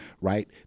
Right